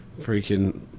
freaking